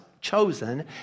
chosen